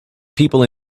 people